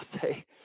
say